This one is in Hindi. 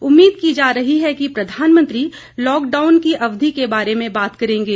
उम्मीद की जा रही है कि प्रधानमंत्री लॉकडाउन की अवधि के बारे में बात करेंगे